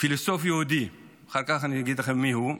פילוסוף יהודי, אחר כך אני אגיד לכם מיהו,